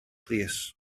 plîs